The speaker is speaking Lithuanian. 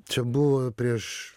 čia buvo prieš